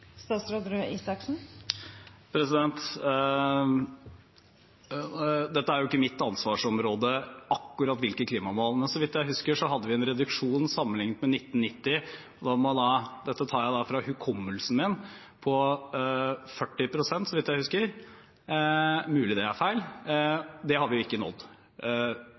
er jo ikke mitt ansvarsområde akkurat å sette klimamål, men så vidt jeg husker, var det en reduksjon sammenliknet med 1990 – og dette tar jeg fra hukommelsen min – på 40 pst. Det er mulig det er feil. Det har vi ikke nådd.